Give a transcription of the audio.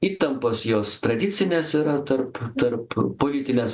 įtampos jos tradicinės yra tarp tarp politinės